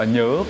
Nhớ